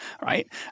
right